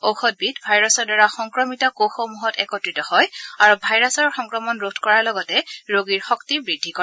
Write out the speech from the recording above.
ঔষধবিধ ভাইৰাছৰ দ্বাৰা সংক্ৰমিত কোষসমূহত একত্ৰিত হয় আৰু ভাইৰাছৰ সংক্ৰমণ ৰোধ কৰাৰ লগতে ৰোগীৰ শক্তি বৃদ্ধি কৰে